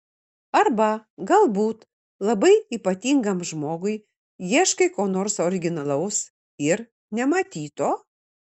arba galbūt labai ypatingam žmogui ieškai ko nors originalaus ir nematyto